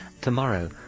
tomorrow